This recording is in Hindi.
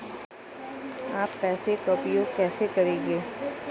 आप पैसे का उपयोग कैसे करेंगे?